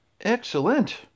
excellent